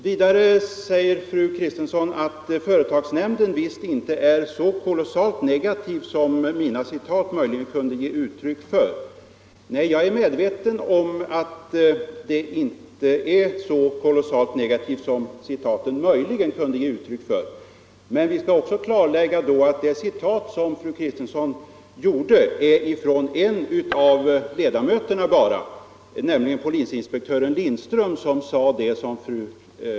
Vidare säger fru Kristensson att företagsnämnden visst inte är så kolossalt negativ som mina citat möjligen kunde ge intryck av. Jag är medveten om det, men låt mig då också få tillägga att det citat som fru Kristensson anförde härrör från enbart en av ledamöterna, nämligen polisinspektören Lindström.